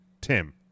Tim